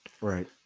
Right